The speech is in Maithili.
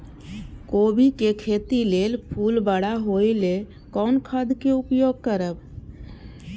कोबी के खेती लेल फुल बड़ा होय ल कोन खाद के उपयोग करब?